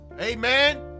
amen